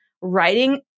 writing